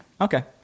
Okay